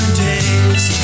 days